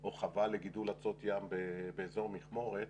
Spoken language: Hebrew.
או חווה לגידול אצות ים באזור מכמורת